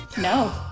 no